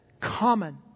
common